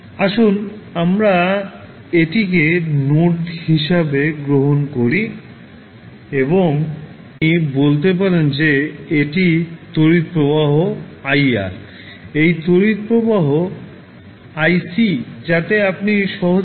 আসুন আমরা এটিকে নোড a হিসাবে গ্রহণ করি এবং আপনি বলতে পারেন যে এটি তড়িৎ প্রবাহ iR এই তড়িৎ প্রবাহ iC যাতে আপনি সহজভাবে বলতে পারেন